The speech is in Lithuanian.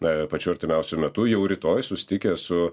na ir pačiu artimiausiu metu jau rytoj susitikę su